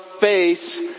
face